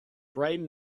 bright